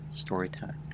Storytime